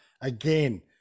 again